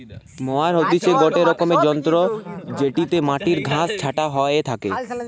mower হতিছে গটে রকমের যন্ত্র জেটিতে মাটির ঘাস ছাটা হইয়া থাকে